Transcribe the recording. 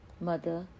Mother